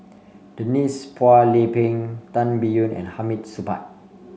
Denise Phua Lay Peng Tan Biyun and Hamid Supaat